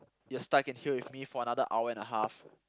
you're stuck in here with me for another hour and a half